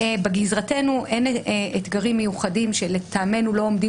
בגזרתנו אין אתגרים מיוחדים שלטעמנו לא עומדים